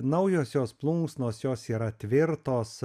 naujosios plunksnos jos yra tvirtos